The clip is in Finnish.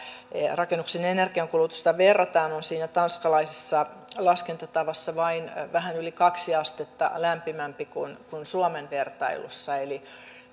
rakennuksen energiankulutusta verrataan on siinä tanskalaisessa laskentatavassa vain vähän yli kaksi astetta lämpimämpi kuin kuin suomen vertailussa eli